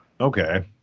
Okay